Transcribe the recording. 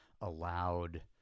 allowed